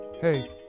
Hey